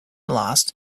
lost